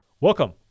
Welcome